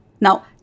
Now